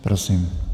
Prosím.